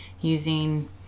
using